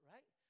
Right